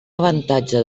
avantatge